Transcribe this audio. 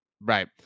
Right